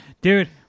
Dude